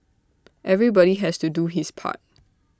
everybody has to do his part